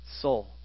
soul